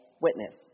witness